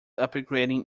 upgrading